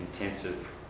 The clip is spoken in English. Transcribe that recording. intensive